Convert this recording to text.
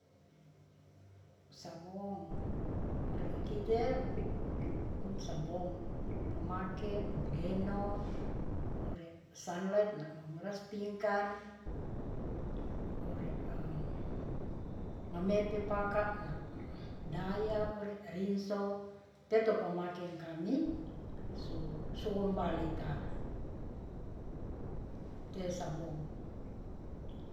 Sabon, ore i kite kun sabong pamake deno ore sunlight na' manguras pingkan ore mamepe paka na daia ore, rinso teto pamake ing kami su sombalita te sabong